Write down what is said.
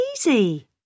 easy